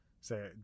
Say